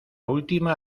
última